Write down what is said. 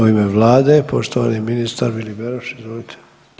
U ime vlade poštovani ministar Vili Beroš, izvolite.